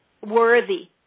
worthy